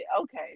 Okay